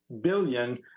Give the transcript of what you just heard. billion